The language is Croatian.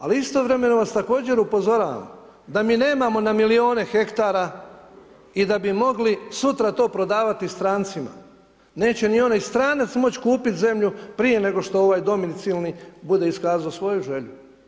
Ali istovremeno vas također upozoravam da mi nemamo na milijune hektara i da bi mogli sutra to prodavati strancima, neće ni onaj stranac moći kupiti zemlju prije nego što ovaj domicilni bude iskazao svoju želju.